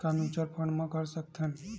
का mutual fund म कर सकत हन?